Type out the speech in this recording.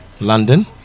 London